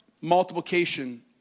multiplication